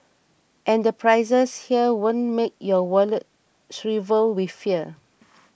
and the prices here won't make your wallet shrivel with fear